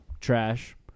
trash